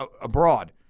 abroad